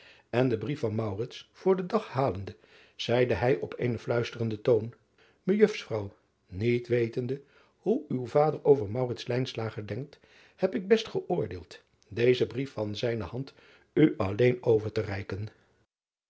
n den brief van voor den dag halende zeide hij op eenen fluisterenden toon ejusfrouw niet wetende hoe uw vader over driaan oosjes zn et leven van aurits ijnslager denkt heb ik best geoordeeld dezen brief van zijne hand u alleen over te reiken